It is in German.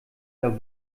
der